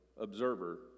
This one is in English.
Observer